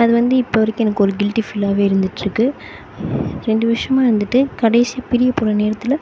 அது வந்து இப்போ வரைக்கும் எனக்கு ஒரு கில்ட்டி ஃபீலாகவே இருந்துட்யிருக்கு ரெண்டு வருஷமாக இருந்துகிட்டு கடைசி பிரிய போகிற நேரத்தில்